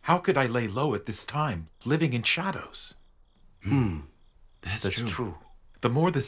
how could i lay low at this time living in shadows as a true the more the